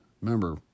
Remember